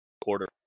quarter